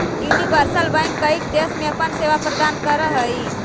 universal bank कईक देश में अपन सेवा प्रदान करऽ हइ